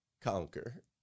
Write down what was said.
conquer